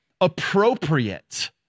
appropriate